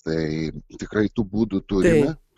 tai tikrai tų būdų turime